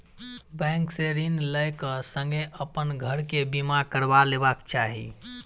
bank से ऋण लै क संगै अपन घर के बीमा करबा लेबाक चाही